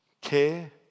care